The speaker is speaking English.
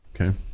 okay